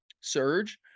surge